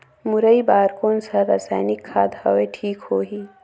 मुरई बार कोन सा रसायनिक खाद हवे ठीक होही?